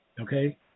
okay